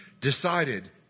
decided